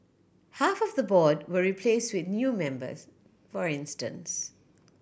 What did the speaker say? half of the board were replaced with new members for instance